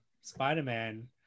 spider-man